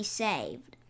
saved